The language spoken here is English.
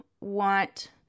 want